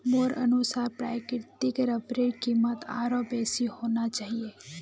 मोर अनुसार प्राकृतिक रबरेर कीमत आरोह बेसी होना चाहिए